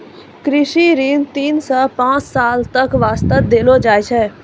कृषि ऋण तीन सॅ पांच साल तक वास्तॅ देलो जाय छै